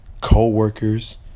co-workers